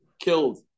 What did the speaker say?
killed